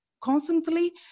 constantly